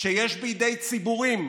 שיש בידי ציבורים,